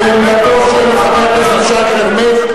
בעמדתו של חבר הכנסת שי חרמש.